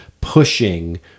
pushing